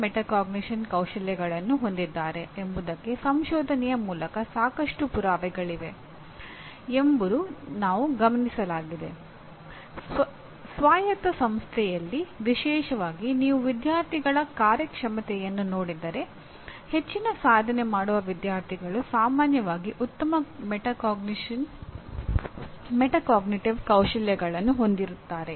metacognition ಕೌಶಲ್ಯಗಳನ್ನು ಹೊಂದಿರುತ್ತಾರೆ